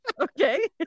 Okay